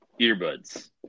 Earbuds